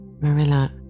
Marilla